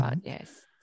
yes